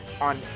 on